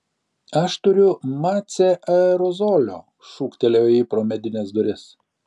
aš turiu mace aerozolio šūktelėjo ji pro medines duris